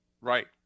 Right